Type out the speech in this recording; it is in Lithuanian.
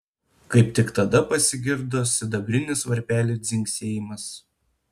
kaip tik tada pasigirdo sidabrinis varpelių dzingsėjimas